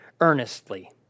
earnestly